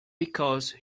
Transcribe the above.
because